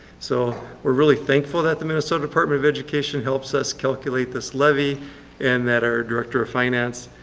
so, we're really thankful that the minnesota department of education helps us calculate this levy and that our director of finance,